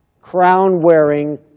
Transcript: crown-wearing